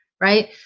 right